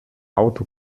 auto